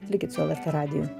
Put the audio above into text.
likit su lrt radiju